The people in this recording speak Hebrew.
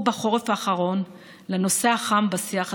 בחורף האחרון לנושא החם בשיח הציבורי.